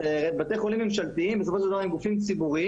בתי חולים ממשלתיים הם בסופו של דבר גופים ציבוריים,